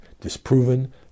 disproven